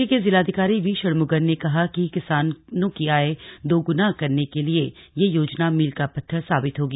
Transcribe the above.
टिहरी के जिलाधिकारी वी षणमुगम ने कहा कि किसानों की आय दोगुना करने के लिए यह योजना मील का पत्थर साबित होगी